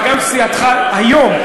וגם סיעתך היום,